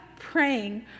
praying